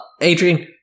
Adrian